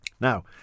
now